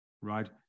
right